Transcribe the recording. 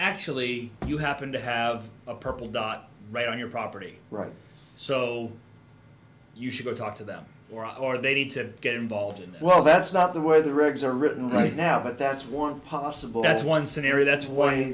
actually you happen to have a purple dot right on your property right so you should go talk to them or are they need to get involved and well that's not the way the regs are written right now but that's one possible that's one scenario that's